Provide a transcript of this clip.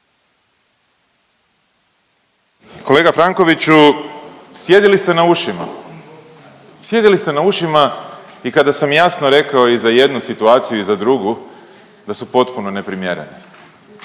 Kolega Frankoviću, sjedili ste na ušima, sjedili ste na ušima i kada sam jasno rekao i za jednu situaciju i za drugu da su potpuno neprimjerene